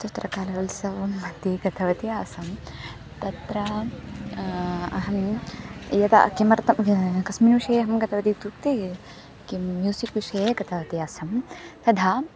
तत्र कलोल्सवं मध्ये गतवती आसं तत्र अहं यदा किमर्थं कस्मिन् विषये अहं गतवती इत्युक्ते किं म्यूसिक् विषये गतवती आसं तदा